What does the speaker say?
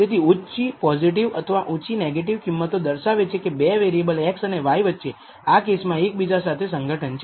તેથી ઉચી પોઝિટિવ અથવા ઉંચી નેગેટીવ કિંમતો દર્શાવે છે કે 2 વેરીએબલ x અને y વચ્ચે આ કેસમાં એકબીજા સાથે સંગઠન છે